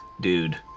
dude